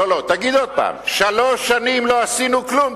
לא, לא, תגיד עוד פעם: שלוש שנים לא עשינו כלום.